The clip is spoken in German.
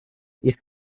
ist